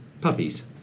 Puppies